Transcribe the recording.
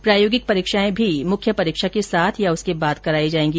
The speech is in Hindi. प्रायोगिक परीक्षाएं भी मुख्य परीक्षा के साथ या उसके बाद कराई जाएगी